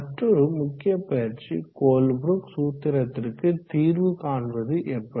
மற்றொரு முக்கிய பயிற்சி கோல்ப்ரூக் சூத்திரத்திற்கு தீர்வு காண்பது எப்படி